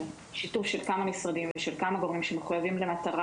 בשיתוף של כמה משרדים ושל כמה גורמים שמחויבים למטרה.